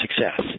success